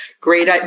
great